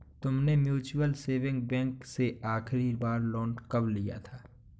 तुमने mutual saving bank से आखरी बार लोन कब लिया था?